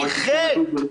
היא חטא.